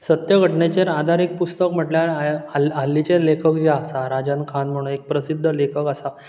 सत्य घटनेचेर आधारीत पुस्तक म्हटल्यार हाल हाल हाल्लिचे लेखक जे आसात राजन खान म्हणून एक प्रसिध्द लेखक आसात